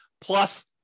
plus